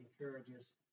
encourages